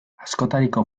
askotariko